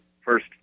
first